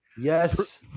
Yes